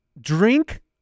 Drink